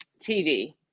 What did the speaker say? TV